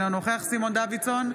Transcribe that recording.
אינו נוכח סימון דוידסון,